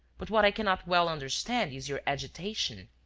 but what i cannot well understand is your agitation.